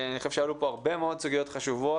אני חושב שעלו פה הרבה מאוד סוגיות חשובות.